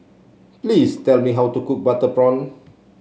please tell me how to cook Butter Prawn